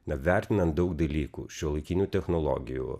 na vertinant daug dalykų šiuolaikinių technologijų